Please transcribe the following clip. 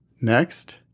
Next